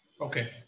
Okay